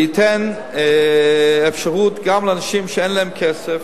ייתן אפשרות גם לאנשים שאין להם כסף,